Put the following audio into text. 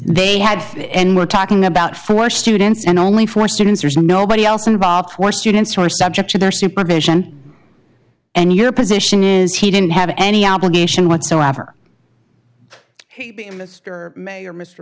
they had it and we're talking about four students and only four students there's nobody else involved where students are subject to their supervision and your position is he didn't have any obligation whatsoever hate him mr mayor mr